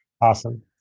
Awesome